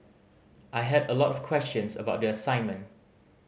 I had a lot of questions about the assignment